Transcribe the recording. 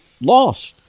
Lost